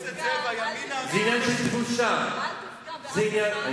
אל תפגע באף אחד מחברי